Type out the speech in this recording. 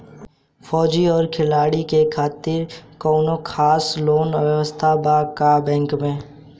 फौजी और खिलाड़ी के खातिर कौनो खास लोन व्यवस्था बा का बैंक में?